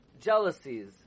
jealousies